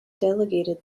delegated